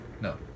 No